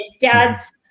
dads